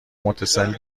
متصل